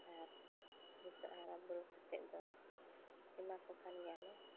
ᱟᱨ ᱱᱤᱛᱚᱜ ᱦᱟᱨᱟᱵᱩᱨᱩ ᱠᱟᱛᱮᱫ ᱫᱚ ᱮᱢᱟᱠᱚᱠᱟᱱ ᱜᱮᱭᱟᱞᱮ